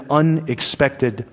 unexpected